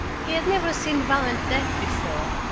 he had never seen violent death before.